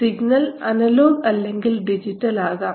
signal analog അല്ലെങ്കിൽ digital ആകാം